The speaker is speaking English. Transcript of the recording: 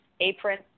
apron